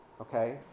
okay